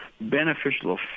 beneficial